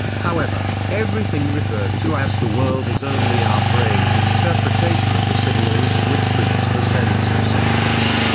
however, everything referred to as the world is only our brain's interpretation of the signals which reach the sense centers.